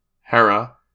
Hera